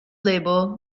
label